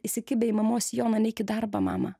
įsikibę į mamos sijoną neik į darbą mama